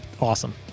awesome